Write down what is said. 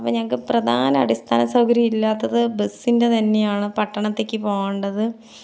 അപ്പോൾ ഞങ്ങൾക്ക് പ്രധാന അടിസ്ഥാന സൗകര്യം ഇല്ലാത്തത് ബസ്സിൻ്റെ തന്നെയാണ് പട്ടണത്തിലേക്ക് പോകേണ്ടത്